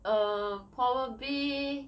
uh probably